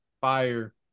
fire